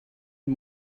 und